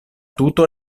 tuto